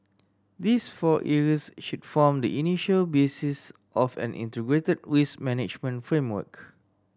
these four areas should form the initial basis of an integrated risk management framework